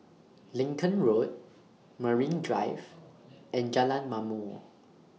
Lincoln Road Marine Drive and Jalan Ma'mor